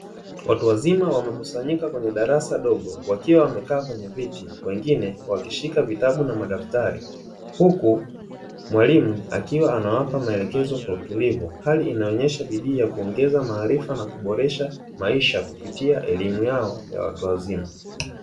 Watu wazima wamekusanyika kwenye darasa dogo wakiwa wamekaa kwenye viti, wengine wakishika vitabu na madaftari. Huku mwalimu akiwa anawapa maelekezo kwa utulivu. Hali inayoonesha bidii ya kuongeza maharifa na kuboresha maisha kupitia elimu yao ya watu wazima.